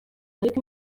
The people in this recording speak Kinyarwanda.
ariko